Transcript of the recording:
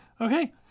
okay